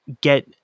get